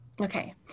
Okay